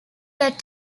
that